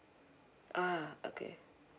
ah okay